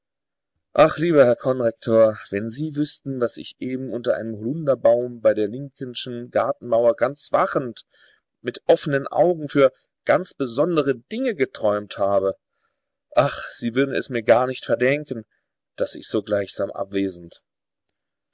ach lieber herr konrektor wenn sie wüßten was ich eben unter einem holunderbaum bei der linkeschen gartenmauer ganz wachend mit offnen augen für ganz besondere dinge geträumt habe ach sie würden es mir gar nicht verdenken daß ich so gleichsam abwesend